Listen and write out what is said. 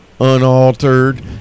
Unaltered